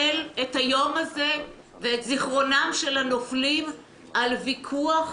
את היום הזה ואת זכרם של הנופלים על ויכוח